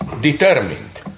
determined